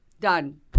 done